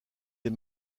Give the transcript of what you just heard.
les